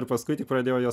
ir paskui tik pradėjau juos